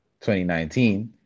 2019